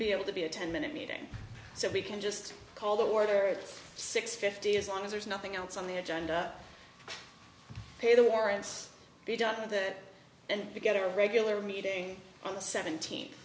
be able to be a ten minute meeting so we can just call the order six fifty as long as there's nothing else on the agenda pay the warrants be done with it and get a regular meeting on the seventeenth